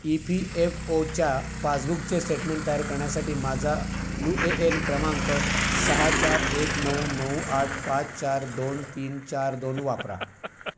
E P F ओच्या पासबुकचे statement तयार करण्यासाठी माझा यू ए एन क्रमांक सहा चार एक नऊ नऊ आठ पाच चार दोन तीन चार दोन वापरा